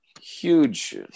huge